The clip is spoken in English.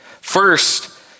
First